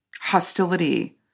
hostility